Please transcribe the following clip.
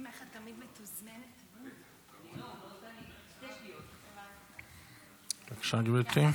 בבקשה, גברתי.